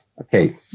Okay